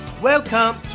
welcome